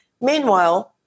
Meanwhile